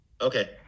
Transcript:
Okay